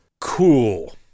cool